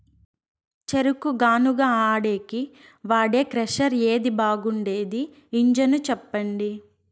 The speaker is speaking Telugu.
చెరుకు గానుగ ఆడేకి వాడే క్రషర్ ఏది బాగుండేది ఇంజను చెప్పండి?